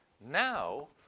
Now